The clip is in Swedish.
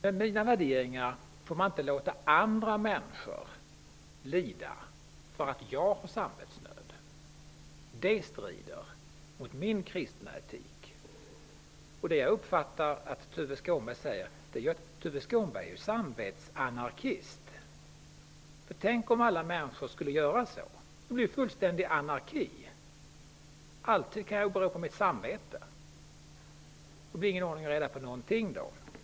Men jag får inte låta andra människor lida för att jag har samvetsnöd. Det strider mot min kristna etik. Det Tuve Skånberg säger gör att jag uppfattar honom som en samvetsanarkist. Tänk om alla människor skulle göra så. Det skulle bli fullständig anarki! Alltid kan man åberopa sitt samvete. Det blir ingen ordning och reda på något.